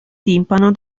timpano